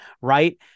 right